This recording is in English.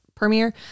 premiere